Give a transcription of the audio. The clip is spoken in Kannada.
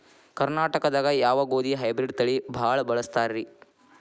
ಕರ್ನಾಟಕದಾಗ ಯಾವ ಗೋಧಿ ಹೈಬ್ರಿಡ್ ತಳಿ ಭಾಳ ಬಳಸ್ತಾರ ರೇ?